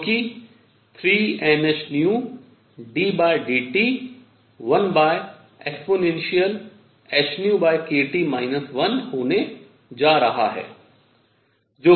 जो कि 3NhνddT 1ehνkT 1 होने जा रहा है